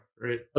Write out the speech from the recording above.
right